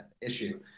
issue